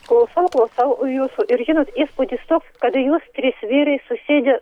klausau klausau jūsų ir žinot įspūdis toks kad jūs trys vyrai susėdę